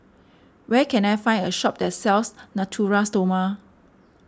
where can I find a shop that sells Natura Stoma